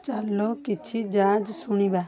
ଚାଲ କିଛି ଜାଜ୍ ଶୁଣିବା